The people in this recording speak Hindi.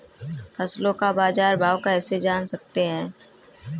फसलों का बाज़ार भाव कैसे जान सकते हैं?